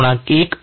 1 0